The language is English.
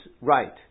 right